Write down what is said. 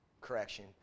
Correction